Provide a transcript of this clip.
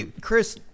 Chris